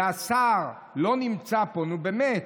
והשר לא נמצא פה, נו, באמת.